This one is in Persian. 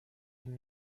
این